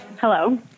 hello